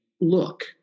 look